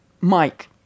Mike